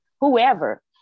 whoever